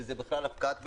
שזה בכלל הפקעת מחירים.